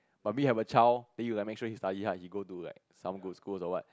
but me have a child then you like make sure he study hard he come to like some good school or what